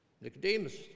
Nicodemus